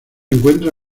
encuentra